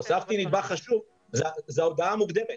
הוספתי נדבך חשוב, זה ההודעה המוקדמת.